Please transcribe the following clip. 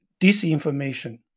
disinformation